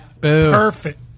Perfect